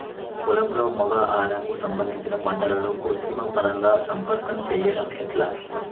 పొలంలో మగ ఆడ కు సంబంధించిన పంటలలో కృత్రిమ పరంగా సంపర్కం చెయ్యడం ఎట్ల?